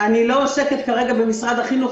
אני לא עוסקת כרגע במשרד החינוך.